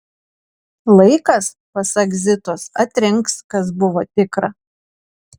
laikas pasak zitos atrinks kas buvo tikra